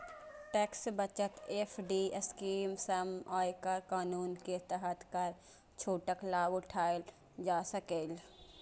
tax बचत FD scheme सं आयकर कानून के तहत कर छूटक लाभ उठाएल जा सकैए